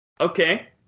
okay